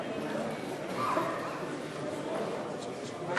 השר לביטחון